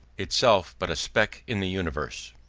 itself but a speck in the universe.